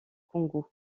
congo